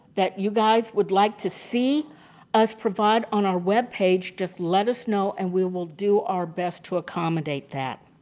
that you guys would like to see us provide on our web page, just let us know and we will do our best to accommodate that.